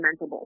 implementable